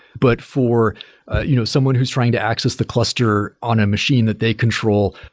but for you know someone who's trying to access the cluster on a machine that they control,